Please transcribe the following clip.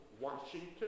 Washington